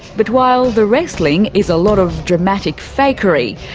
but while the wrestling is a lot of dramatic fakery,